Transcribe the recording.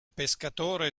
pescatore